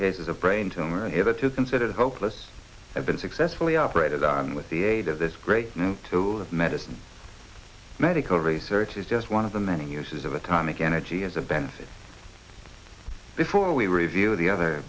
cases a brain tumor an ever two considered hopeless have been successfully operated on with the ada this great toll of medicine medical research is just one of the many uses of atomic energy as a benefit before we review the other